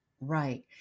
right